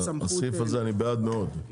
הסעיף הזה אני בעד מאוד.